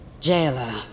Jailer